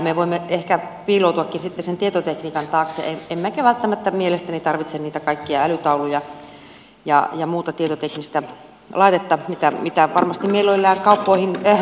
me voimme ehkä piiloutuakin sitten sen tietotekniikan taakse emmekä välttämättä mielestäni tarvitse niitä kaikkia älytauluja ja muuta tietoteknistä laitetta mitä varmasti mielellään kouluihin kaupataan